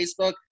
Facebook